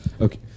Okay